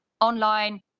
online